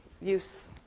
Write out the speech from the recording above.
use